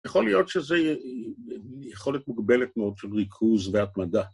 יכול להיות שזו יכולת מוגבלת מאוד של ריכוז והתמדה.